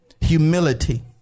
humility